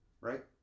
right